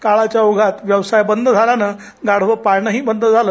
काळाच्या ओघात व्यवसाय बंद झाल्यानं गाढवं पाळणंही बंद झाल